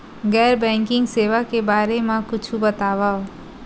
गैर बैंकिंग सेवा के बारे म कुछु बतावव?